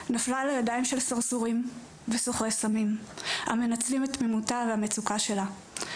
נפלה לידיים של סרסורים וסוחרי סמים המנצלים את התמימות על המצוקה שלה.